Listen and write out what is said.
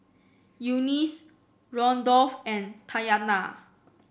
Eunice Randolf and Tatyana